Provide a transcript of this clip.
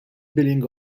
billing